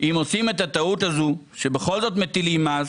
אם עושים את הטעות הזו ובכל זאת מטילים מס,